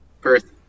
Perth